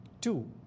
Two